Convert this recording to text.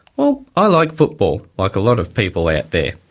well, i like football, like a lot of people out there.